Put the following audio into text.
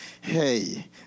Hey